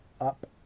up